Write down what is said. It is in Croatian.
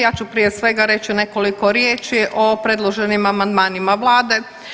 Ja ću prije svega reći nekoliko riječi o predloženim amandmanima vlade.